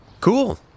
Cool